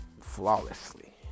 flawlessly